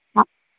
हा